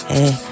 Hey